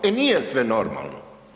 E nije sve normalno.